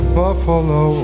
buffalo